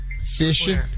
Fishing